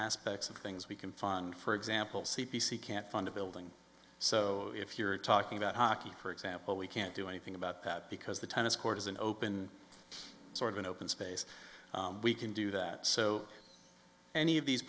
aspects of things we can fund for example c p c can't fund a building so if you're talking about hockey for example we can't do anything about that because the tennis court is an open sort of an open space we can do that so any of these